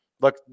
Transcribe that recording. Look